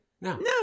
No